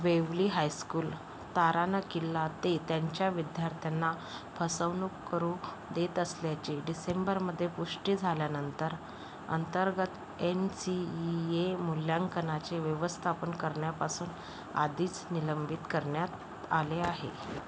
वेवली high school ताराना किल्ला ते त्यांच्या विद्यार्थ्यांना फसवणूक करू देत असल्याची डिसेंबरमध्ये पुष्टी झाल्यानंतर अंतर्गत एन सी ई ए मूल्यांकनाचे व्यवस्थापन करण्यापासून आधीच निलंबित करण्यात आले आहे